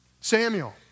Samuel